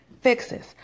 Fixes